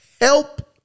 Help